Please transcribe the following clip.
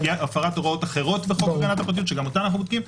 הפרת הוראות אחרות בחוק הגנת הפרטיות שגם אותן אנחנו בודקים,